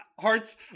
Hearts